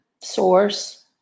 source